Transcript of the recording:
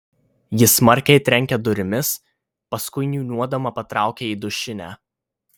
ji smarkiai trenkia durimis paskui niūniuodama patraukia į dušinę